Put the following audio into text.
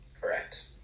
Correct